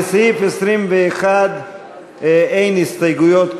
לסעיף 21 אין הסתייגויות,